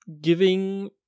giving